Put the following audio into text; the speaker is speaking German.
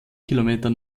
kilometer